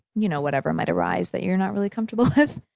you know, whatever might arise that you're not really comfortable with.